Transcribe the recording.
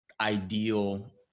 ideal